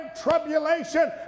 tribulation